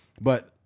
But-